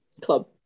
Club